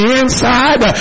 inside